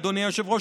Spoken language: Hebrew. אדוני היושב-ראש,